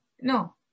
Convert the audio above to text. No